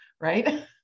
Right